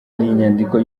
inyandiko